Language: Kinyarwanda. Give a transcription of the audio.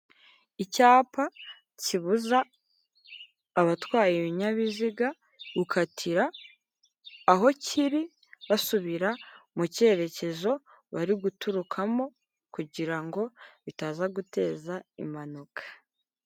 Icyapa kibuza abatwaye ibinyabiziga gukatira aho kiri basubira mu cyerekezo bari guturukamo kugira ngo bitaza guteza impanuka.